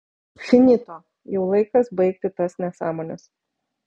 finito jau laikas baigti tas nesąmones